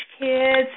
kids